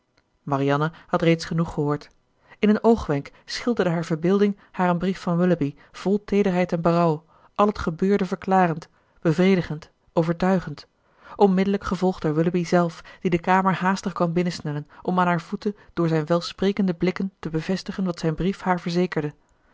marianne had reeds genoeg gehoord in een oogwenk schilderde haar verbeelding haar een brief van willoughby vol teederheid en berouw al het gebeurde verklarend bevredigend overtuigend onmiddellijk gevolgd door willoughby zelf die de kamer haastig kwam binnensnellen om aan hare voeten door zijn welsprekende blikken te bevestigen wat zijn brief haar verzekerde